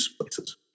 places